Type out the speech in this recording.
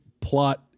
plot